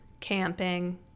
camping